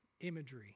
imagery